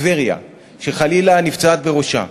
בטבריה שחלילה נפצעת בראשה